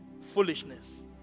foolishness